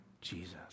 Jesus